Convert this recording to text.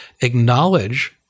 Acknowledge